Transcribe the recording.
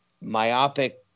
myopic